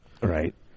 Right